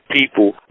people